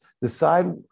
decide